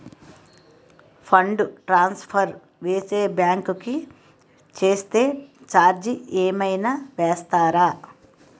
Fund transfer వేరే bank కి చేస్తే ఛార్జ్ ఏమైనా వేస్తారా?